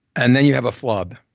and then you have a flub,